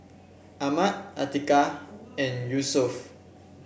Ahmad Atiqah and Yusuf